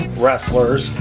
wrestlers